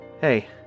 Hey